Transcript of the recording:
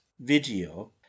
video